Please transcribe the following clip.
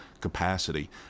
capacity